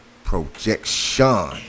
projection